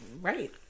Right